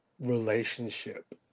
relationship